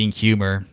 humor